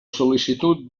sol·licitud